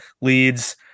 leads